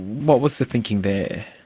what was the thinking there?